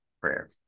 prayer